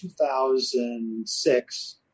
2006